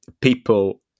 people